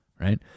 right